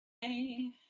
Hey